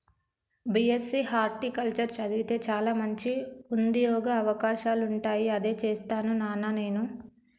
BSc horticulture చదివితే చాల మంచి ఉంద్యోగ అవకాశాలుంటాయి అదే చేస్తాను నానా నేను